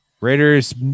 Raiders